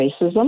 racism